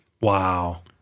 wow